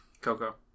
Coco